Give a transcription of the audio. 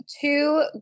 two